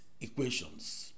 equations